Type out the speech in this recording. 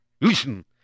Listen